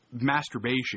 masturbation